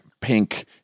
pink